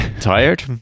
tired